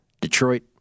Detroit